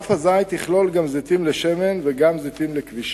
ענף הזית יכלול גם זיתים לשמן וגם זיתים לכבישה.